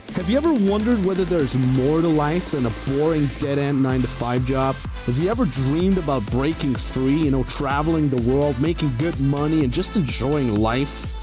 have you ever wondered whether there's more to life than a boring, dead-end nine-to-five job? have you ever dreamed about breaking free, you know traveling the world, making good money and just enjoying life?